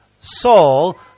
Saul